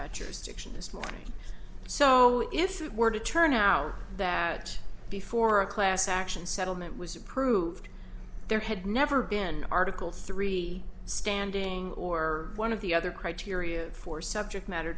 jurisdiction this morning so if it were to turn out that before a class action settlement was approved there had never been article three standing or one of the other criteria for subject matter